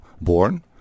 born